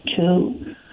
two